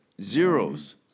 zeros